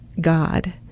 god